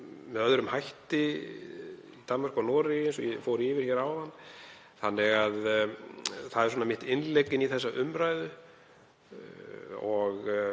með öðrum hætti í Danmörku og Noregi eins og ég fór yfir hér áðan, þannig að það er mitt innlegg inn í þessa umræðu að